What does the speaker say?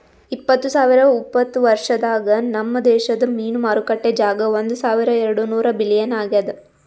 ಇಪ್ಪತ್ತು ಸಾವಿರ ಉಪತ್ತ ವರ್ಷದಾಗ್ ನಮ್ ದೇಶದ್ ಮೀನು ಮಾರುಕಟ್ಟೆ ಜಾಗ ಒಂದ್ ಸಾವಿರ ಎರಡು ನೂರ ಬಿಲಿಯನ್ ಆಗ್ಯದ್